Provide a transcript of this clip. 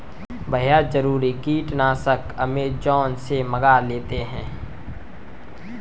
भैया जरूरी कीटनाशक अमेजॉन से मंगा लेते हैं